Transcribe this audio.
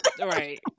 right